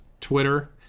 Twitter